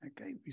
Okay